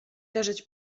leżeć